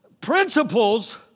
principles